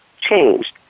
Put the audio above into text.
changed